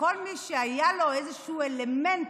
וכל מי שהיה לו איזשהו אלמנט